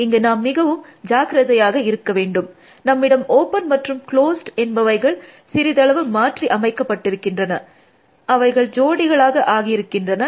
இங்கு நாம் மிகவும் ஜாக்கிரதையாக இருக்க வேண்டும் நம்மிடம் ஓப்பன் மற்றும் க்ளோஸ்ட் என்பவைகள் சிறிதளவு மாற்றி அமைக்கப்பட்டிருக்கின்றன அவைகள் ஜோடிகளாக ஆகியிருக்கின்றன